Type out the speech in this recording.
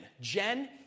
Jen